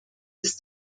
ist